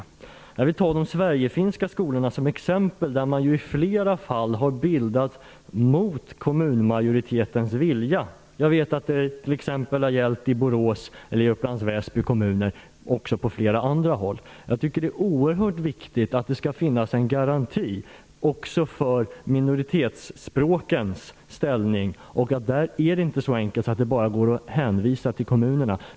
Jag vill ta de Sverige-finska skolorna som exempel. Man har i flera fall bildat skolor mot kommunmajoritetens vilja. Jag vet att det t.ex. har gällt i Borås och Upplands Väsby kommuner, men också på flera andra håll. Jag tycker att det är oerhört viktigt att det finns en garanti också för minoritetsspråkens ställning. Där är det inte så enkelt att det bara går att hänvisa till kommunerna.